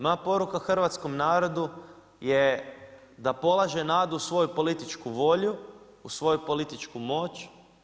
Moja poruka Hrvatskom narodu je da polaže nadu u svoju političku volju, u svoju političku moć.